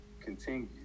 continue